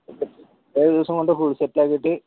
ഏഴ് ദിവസം കൊണ്ട് ഫുൾ സെറ്റിലാക്കിയിട്ട്